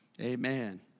Amen